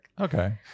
Okay